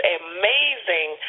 amazing